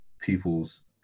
people's